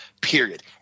period